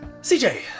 cj